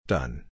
Done